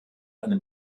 eine